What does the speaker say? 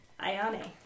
Ayane